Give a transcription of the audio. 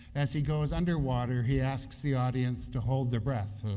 as he goes underwater, he asks the audience to hold their breath,